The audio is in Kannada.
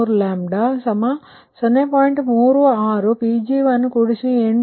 36 Pg1820